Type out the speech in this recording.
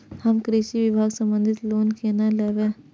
हम कृषि विभाग संबंधी लोन केना लैब?